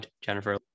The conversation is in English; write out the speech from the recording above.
Jennifer